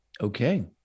Okay